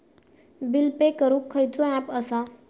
Bill pay करूक खैचो app असा?